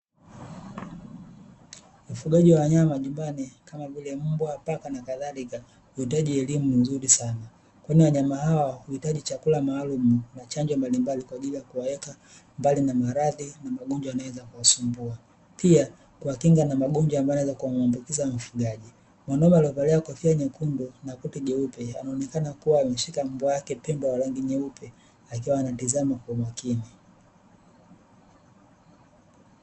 Ufugaji wa wanyama nyumbani kama vile mbwa, paka na kadhalika huhitaji elimu mzuri sana kwani wanyama hawa huhitaji chakula maalumu na chanjo mbalimbali kwa ajili ya kuwaweka mbali na maradhi na magonjwa yanaweza kuwasumbua, pia kuwakinga na magonjwa ambayo yanaweza kumuambukiza mfugaji. Mwanaume aliyevalia kofia nyekundu na koti jeupe anaonekana kuwa ameshika mbwa wake pendwa wa rangi nyeupe akiwa anatizama kwa umakini.